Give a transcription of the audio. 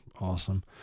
awesome